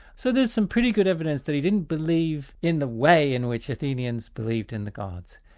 so there's some pretty good evidence that he didn't believe in the way in which athenians believed in the gods,